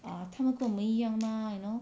ah 他们跟我们一样吗 you know